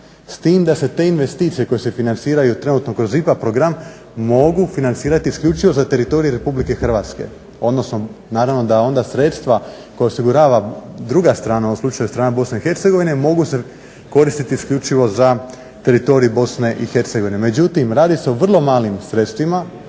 s tim da se investicije koje se financiraju trenutno kroz IPA program mogu financirati isključivo za teritorij RH, odnosno naravno da sredstva koja osigurava druga strana u slučaju strane BIH mogu se koristiti isključivo za teritorij BIH. Međutim radi se o vrlo malim sredstvima